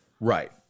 Right